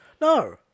No